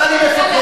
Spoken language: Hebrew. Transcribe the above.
מה אני מפחד?